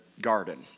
garden